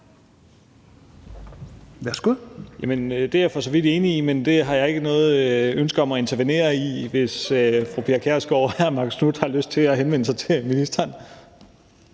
det er jeg for så vidt enig i, men det har jeg ikke noget ønske om at intervenere i, altså hvis fru Pia Kjærsgaard og hr. Marcus Knuth har lyst til at henvende sig til ministeren.